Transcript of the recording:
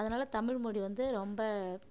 அதனால் தமிழ் மொழி வந்து ரொம்ப